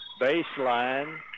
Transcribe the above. baseline